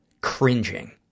cringing